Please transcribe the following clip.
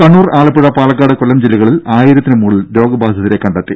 കണ്ണൂർ ആലപ്പുഴ പാലക്കാട് കൊല്ലം ജില്ലകളിൽ ആയിരത്തിന് മുകളിൽ രോഗബാധിതരെ കണ്ടെത്തി